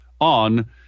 on